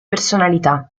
personalità